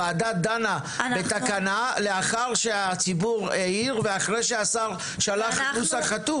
וועדה דנה בתקנה לאחר שהציבור העיר ואחרי שהשר שלח נוסח חתום.